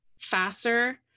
faster